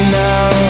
now